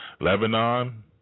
Lebanon